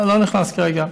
אני לא נכנס כרגע.